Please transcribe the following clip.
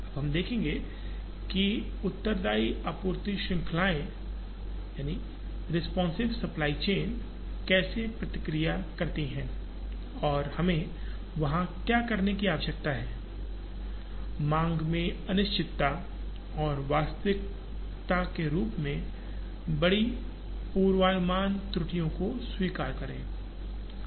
अब हम देखेंगे कि उत्तरदायी आपूर्ति श्रृंखलाएंरिपॉन्सिव सप्लाई चेन कैसे प्रतिक्रिया करती हैं और हमें वहां क्या करने की आवश्यकता है मांग में अनिश्चितता और वास्तविकता के रूप में बड़ी पूर्वानुमान त्रुटियों को स्वीकार करें